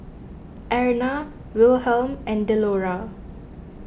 Erna Wilhelm and Delora